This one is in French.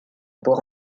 bourg